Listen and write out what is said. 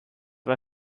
war